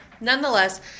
nonetheless